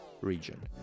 region